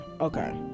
okay